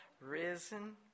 risen